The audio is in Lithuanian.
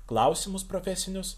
klausimus profesinius